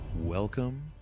Welcome